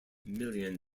million